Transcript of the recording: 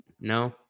No